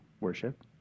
worship